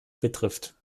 betrifft